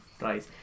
right